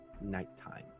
nighttime